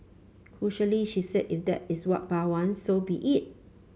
crucially she said if that is what Pa wants so be it